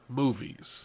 movies